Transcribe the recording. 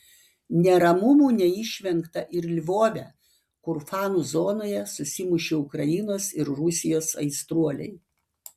neramumų neišvengta ir lvove kur fanų zonoje susimušė ukrainos ir rusijos aistruoliai